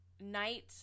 night